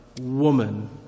woman